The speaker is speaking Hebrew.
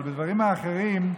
אבל בדברים האחרים,